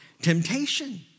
temptation